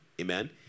amen